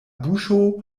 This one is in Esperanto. buŝo